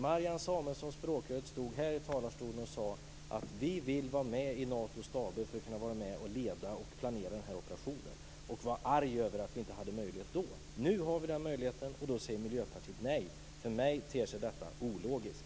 Marianne Samuelsson, ert språkrör, stod i talarstolen och sade: Vi vill vara med i Natos staber för att kunna vara med, leda och planera operationen. Hon var arg över att vi inte hade den möjligheten då. Nu har vi den möjligheten, och nu säger Miljöpartiet nej. För mig ter sig detta ologiskt.